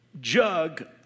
jug